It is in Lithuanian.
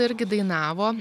irgi dainavo